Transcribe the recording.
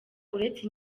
uretse